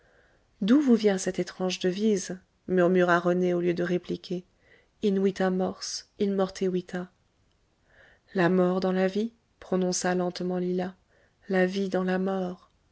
d'où vous vient cette étrange devise murmura rené au lieu de répliquer in vita mors in morte vita la mort dans la vie prononça lentement lila la vie dans la mort